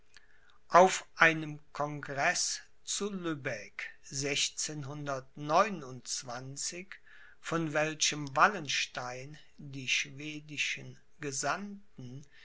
auf einem congreß zu libe von welchem wallenstein die schwedischen gesandten